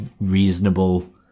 reasonable